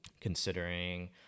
considering